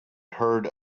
heard